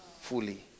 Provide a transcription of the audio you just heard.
fully